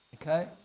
Okay